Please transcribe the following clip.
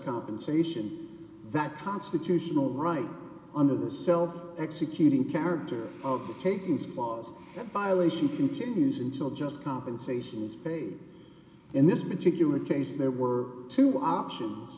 compensation that constitutional right under the self executing character of taking spots that violation continues until just compensation is paid in this particular case there were two options